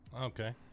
okay